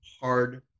hard